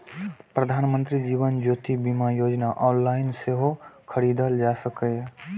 प्रधानमंत्री जीवन ज्योति बीमा योजना ऑनलाइन सेहो खरीदल जा सकैए